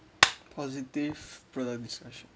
positive product discussion